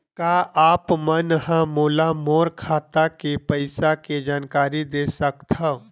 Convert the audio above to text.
का आप मन ह मोला मोर खाता के पईसा के जानकारी दे सकथव?